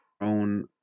own